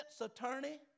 attorney